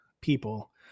people